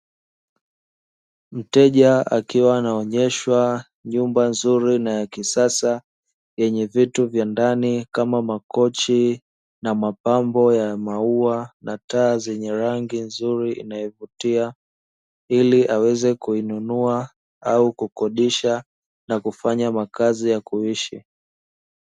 Mteja akiwa anaonyeshwa nyumba nzuri na ya kisasa yenye viti vya ndani kama makochi na mapambo ya maua na taa zenye rangi nzuri za kuvutia, ili aweze kuinunua au kukodisha na kufanya makazi ya kuishi.